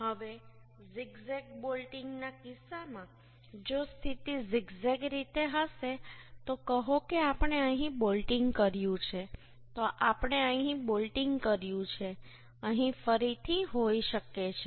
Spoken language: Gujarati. હવે ઝિગ ઝેગ બોલ્ટિંગ ના કિસ્સામાં જો સ્થિતિ ઝિગ ઝેગ રીતે હશે તો કહો કે આપણે અહીં બોલ્ટિંગ કર્યું છે તો આપણે અહીં બોલ્ટિંગ કર્યું છે અહીં ફરીથી હોઈ શકે છે